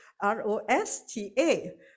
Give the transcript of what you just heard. R-O-S-T-A